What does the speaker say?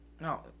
No